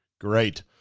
Great